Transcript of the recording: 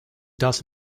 does